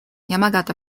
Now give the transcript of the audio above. yamagata